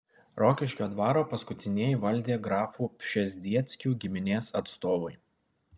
rokiškio dvarą paskutinieji valdė grafų pšezdzieckių giminės atstovai